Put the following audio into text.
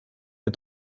der